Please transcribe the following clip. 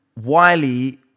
Wiley